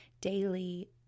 daily